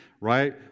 right